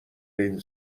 این